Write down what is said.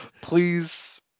please